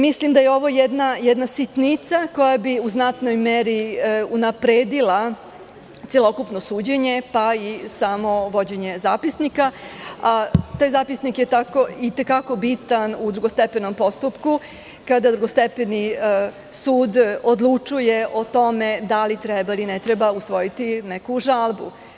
Mislim da je ovo jedna sitnica koja bi u znatnoj meri unapredila celokupno suđenje, pa i samo vođenje zapisnika, a taj zapisnik je itekako bitan u drugostepenom postupku kada drugostepeni sud odlučuje o tome da li treba ili ne treba usvojiti neku žalbu.